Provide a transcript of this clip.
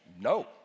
no